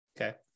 Okay